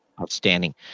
Outstanding